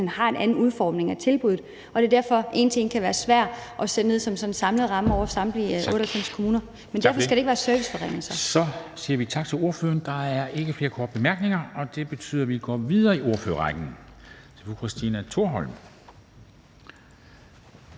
hen har en anden udformning af tilbuddet, og at det derfor kan være svært at sætte det ned som sådan en samlet ramme over samtlige 98 kommuner. Men derfor skal der ikke være serviceforringelser. Kl. 11:31 Formanden (Henrik Dam Kristensen): Så siger vi tak til ordføreren. Der er ikke flere korte bemærkninger, og det betyder, at vi går videre i ordførerrækken,